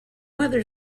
other